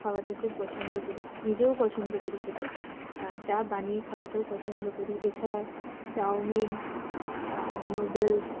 খাওয়াতে খুব পছন্দ করি নিজেও পছন্দ করি খেতে চা বানিয়ে খাওয়াতেও পছন্দ করি এছাড়া চাউমিন নুডলস